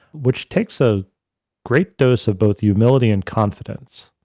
which takes a great dose of both humility and confidence.